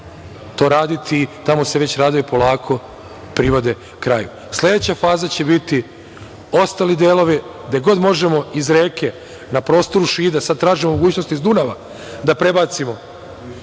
to raditi, tamo se već radovi polako privode kraju. Sledeća faza će biti, ostali delovi gde god možemo iz reke na prostoru Šida, sada tražimo mogućnost iz Dunava da prebacimo